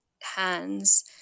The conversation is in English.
hands